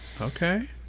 Okay